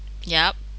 yup